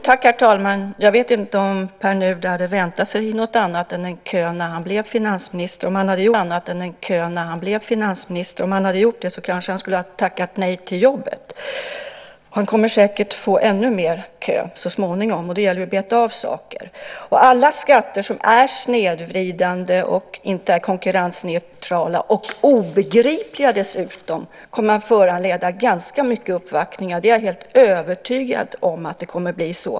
Herr talman! Jag vet inte om Pär Nuder hade väntat sig något annat än en kö när han blev finansminister. Om han hade gjort det skulle han kanske ha tackat nej till jobbet. Han kommer säkert att få ännu mer av kö så småningom; det gäller att beta av saker. Alla skatter som är snedvridande, som inte är konkurrensneutrala och som dessutom är obegripliga kommer att föranleda ganska många uppvaktningar. Jag är helt övertygad om att det kommer att bli så.